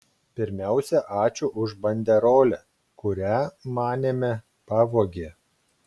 pirmiausia ačiū už banderolę kurią manėme pavogė